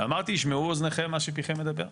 אמרתי 'ישמעו אוזניכם מה שפיכם מדבר'.